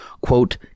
quote